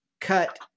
cut